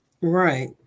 Right